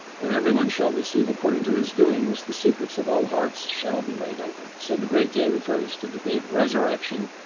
when everyone shall receive according to his doing, was the secrets of all hearts shall be laid open. so the great day refers to the day of resurrection,